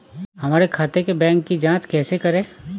हमारे खाते के बैंक की जाँच कैसे करें?